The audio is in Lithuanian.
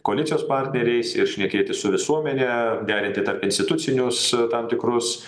koalicijos partneriais ir šnekėtis su visuomene derinti tarpinstitucinius tam tikrus